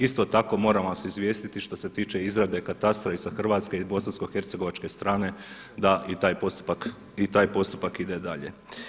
Isto tako moram vas izvijestiti što se tiče izrade katastra i sa hrvatska i sa bosanskohercegovačke strane da i taj postupak ide dalje.